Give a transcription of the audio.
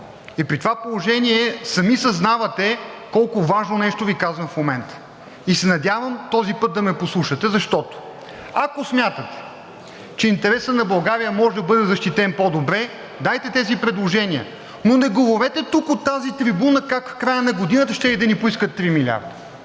При това положение сами съзнавате колко важно нещо Ви казвам в момента и се надявам този път да ме послушате, защото, ако смятате, че интересът на България може да бъде защитен по-добре, дайте тези предложения, но не говорете тук от тази трибуна как в края на годината щели да ни поискат 3 милиарда.